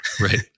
Right